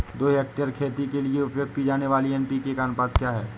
दो हेक्टेयर खेती के लिए उपयोग की जाने वाली एन.पी.के का अनुपात क्या है?